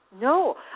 No